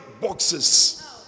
boxes